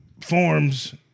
forms